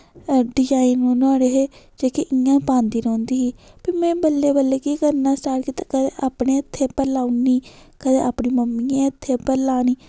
design नुआढ़े हे जेह्के इ'यां पांदी रौह्ंदी ही फ्ही में बल्ले बल्ले केह् करना स्टार्ट कीता ते कदे अपने हत्थें पर लाउड़नी कदें अपनी मम्मी दे हत्थें पर लानी